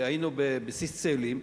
היינו בבסיס צאלים.